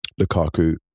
Lukaku